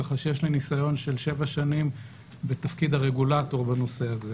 ככה שיש לי ניסיון של שבע שנים בתפקיד הרגולטור בנושא הזה.